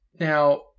Now